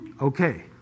Okay